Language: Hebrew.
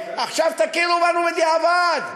עכשיו תכירו בנו בדיעבד.